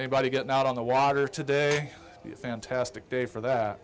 a body getting out on the water today fantastic day for that